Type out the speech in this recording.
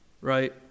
right